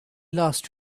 lost